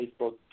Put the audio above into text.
Facebook